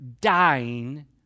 dying